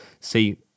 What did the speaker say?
See